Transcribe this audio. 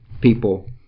people